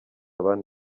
bane